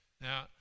Now